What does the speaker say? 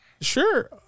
sure